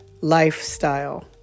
lifestyle